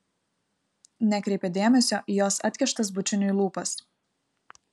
nekreipia dėmesio į jos atkištas bučiniui lūpas